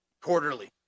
Quarterly